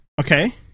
Okay